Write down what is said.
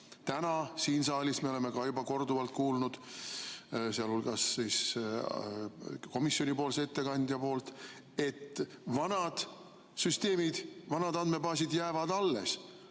Täna siin saalis me oleme juba korduvalt kuulnud, sh komisjoni ettekandja poolt, et vanad süsteemid, vanad andmebaasid jäävad alles